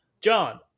John